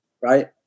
right